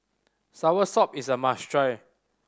soursop is a must try